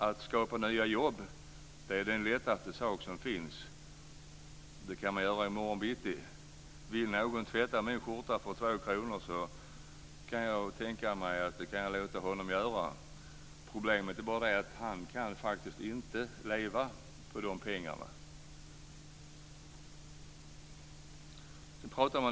Att skapa nya jobb är den lättaste sak som finns. Det kan man göra i morgon bitti. Vill någon tvätta min skjorta för två kronor kan jag tänka mig att låta honom göra det. Problemet är bara att han faktiskt inte kan leva på de pengarna.